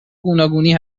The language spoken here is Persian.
گوناگونی